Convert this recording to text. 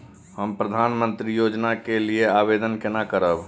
हम प्रधानमंत्री योजना के लिये आवेदन केना करब?